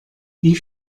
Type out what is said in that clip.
wie